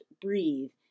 breathe